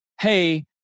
Hey